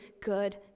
good